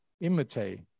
imitate